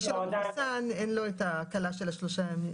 מי שלא מחוסן אין לו את ההקלה של השלושה ימים.